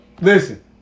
listen